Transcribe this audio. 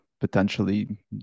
potentially